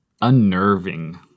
unnerving